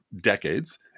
decades